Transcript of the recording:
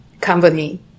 company